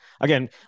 again